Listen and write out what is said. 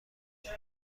خودت